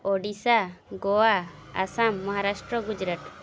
Odisha Goa Assam Maharashtra Gujarat